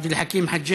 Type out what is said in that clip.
עבד אל חכים חאג'